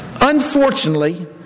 Unfortunately